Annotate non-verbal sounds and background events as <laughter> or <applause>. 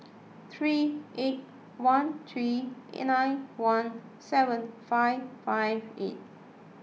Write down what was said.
three eight one three <hesitation> nine one seven five five eight